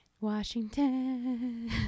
Washington